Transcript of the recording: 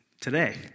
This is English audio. today